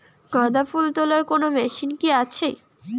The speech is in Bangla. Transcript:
গাঁদাফুল তোলার কোন মেশিন কি আছে?